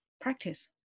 practice